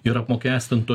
ir apmokestintų